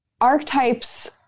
Archetypes